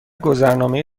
گذرنامه